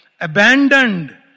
abandoned